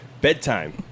bedtime